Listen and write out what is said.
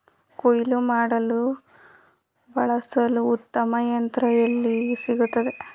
ಕುಯ್ಲು ಮಾಡಲು ಬಳಸಲು ಉತ್ತಮ ಯಂತ್ರ ಎಲ್ಲಿ ಸಿಗುತ್ತದೆ?